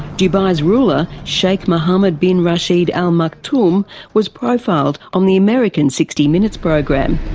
dubai's ruler sheikh mohammed bin rashid al maktoum was profiled on the american sixty minutes program,